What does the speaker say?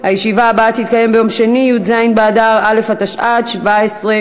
חמישה חברי כנסת בעד, אפס מתנגדים, אפס נמנעים.